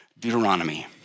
Deuteronomy